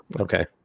Okay